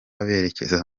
berekeza